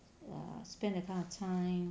err spend that kind of time